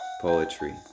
Poetry